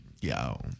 yo